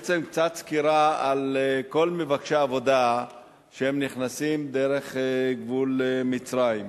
קצת סקירה על כל מבקשי העבודה שנכנסים דרך גבול מצרים: